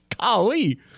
Golly